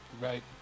Right